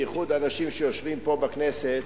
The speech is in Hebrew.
בייחוד אנשים שיושבים פה בכנסת,